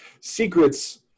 secrets